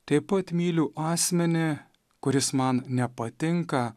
taip pat myliu asmenį kuris man nepatinka